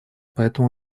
поэтому